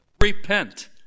Repent